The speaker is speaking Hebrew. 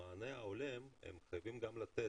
במענה ההולם הם חייבים גם לתת,